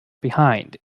behind